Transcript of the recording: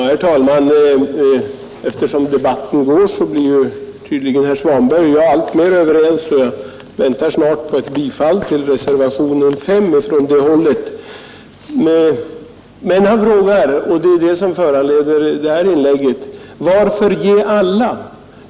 Herr talman! Efter hand som debatten fortsätter blir tydligen herr Svanberg och jag mer och mer överens; jag väntar snart på ett bifallsyrkande från herr Svanberg till reservationen 5. Herr Svanberg frågade, och det är det som föranleder detta mitt inlägg, varför ge alla ett stöd?